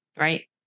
Right